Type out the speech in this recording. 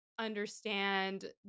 understand